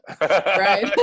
Right